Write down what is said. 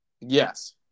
Yes